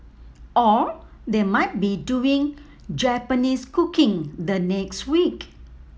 or they might be doing Japanese cooking the next week